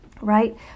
Right